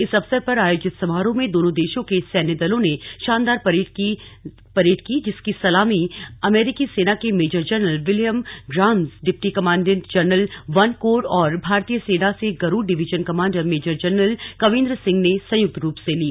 इस अवसर पर आयोजित समारोह में दोनों देशों के सैन्य दलों ने शानदार परेड की जिसकी सलामी अमेरिकी सेना के major general William Graham deputy commanding general one corps और भारतीय सेना से Garud division commander major general Kavindra Singh ने संयुक्त रूप से ली